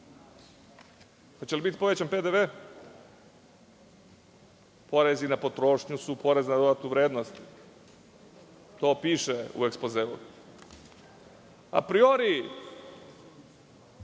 Hoće li biti povećan PDV? Porezi na potrošnju su porez na dodatu vrednost. To piše u ekspozeu. Apriori,